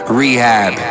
rehab